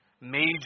Major